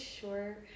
sure